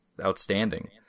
outstanding